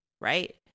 right